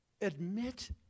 Admit